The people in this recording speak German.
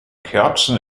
kerzen